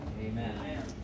Amen